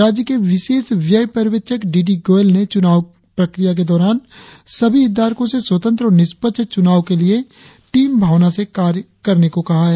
राज्य के विशेष व्यव पर्यवेक्षक डी डी गोयल ने चुनाव प्रक्रिया के दौरान सभी हितधारको से स्वतंत्र और निष्पक्ष चुनाव के लिए टीम भावनाओ से कार्य करने को कहा हैं